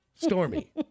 Stormy